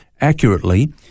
accurately